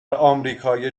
آمریکای